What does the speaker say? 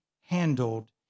handled